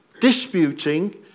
disputing